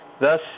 thus